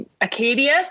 Acadia